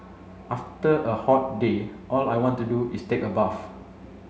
after a hot day all I want to do is take a bath